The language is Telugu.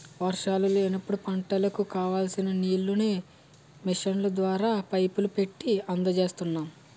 వర్షాలు లేనప్పుడు పంటలకు కావాల్సిన నీళ్ళను మిషన్ల ద్వారా, పైపులు పెట్టీ అందజేస్తున్నాం